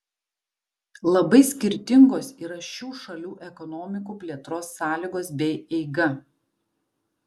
labai skirtingos yra šių šalių ekonomikų plėtros sąlygos bei eiga